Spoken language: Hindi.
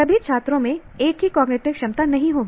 सभी छात्रों में एक ही कॉग्निटिव क्षमता नहीं होगी